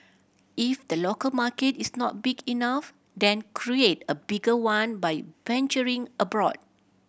if the local market is not big enough then create a bigger one by venturing abroad